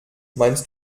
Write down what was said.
meinst